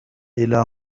إلى